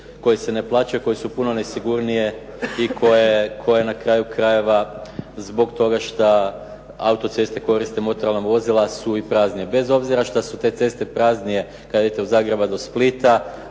koje se ne plaćaju, koje su puno nesigurnije i koje na kraju krajeva zbog toga što autoceste koriste motorna vozila su i praznija. Bez obzira što su te ceste praznije kad idete od Zagreba do Splita,